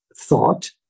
thought